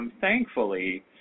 thankfully